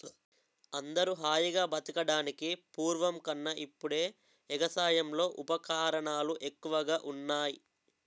అందరూ హాయిగా బతకడానికి పూర్వం కన్నా ఇప్పుడే ఎగసాయంలో ఉపకరణాలు ఎక్కువగా ఉన్నాయ్